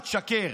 תשקר.